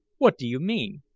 what do you mean?